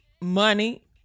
money